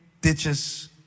ditches